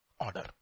order